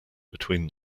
between